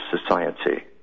society